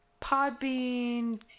Podbean